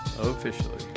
Officially